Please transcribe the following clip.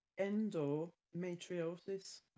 endometriosis